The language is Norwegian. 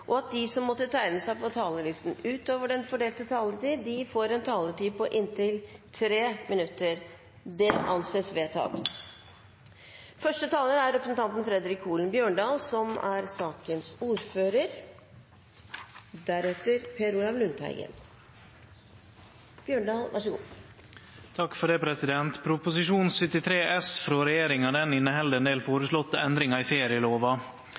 og at de som måtte tegne seg på talerlisten utover den fordelte taletid, får en taletid på inntil 3 minutter. – Det anses vedtatt. Første taler er representanten Ulf Leirstein, som får ordet på vegne av saksordføreren, representanten Jan Arild Ellingsen. Det har vært en lang kamp for å få på plass lovendringen vi i